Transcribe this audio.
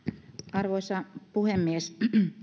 arvoisa puhemies